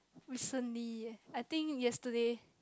recently I think yesterday